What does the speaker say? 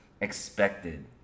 expected